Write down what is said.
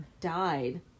died